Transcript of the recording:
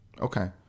Okay